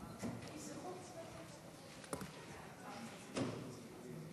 ההצעה להעביר את הצעת חוק הלאומי (תיקון מס' 212),